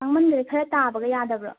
ꯇꯥꯉꯃꯟꯈꯔꯦ ꯈꯔ ꯇꯥꯕꯒ ꯌꯥꯗꯕ꯭ꯔꯣ